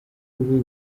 guhura